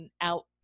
out